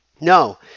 No